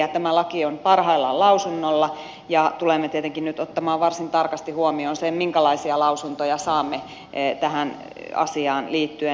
tämä laki on parhaillaan lausunnolla ja tulemme tietenkin nyt ottamaan varsin tarkasti huomioon sen minkälaisia lausuntoja saamme tähän asiaan liittyen